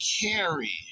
carry